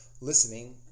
listening